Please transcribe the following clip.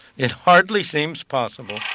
it hardly seems possible,